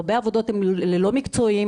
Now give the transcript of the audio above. הרבה עבודות הן ללא מקצועיים,